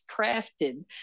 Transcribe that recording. crafted